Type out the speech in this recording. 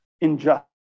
injustice